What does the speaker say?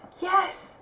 yes